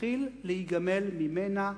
מתחיל להיגמל ממנה,